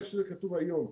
איך שזה כתוב היום,